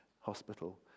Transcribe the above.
hospital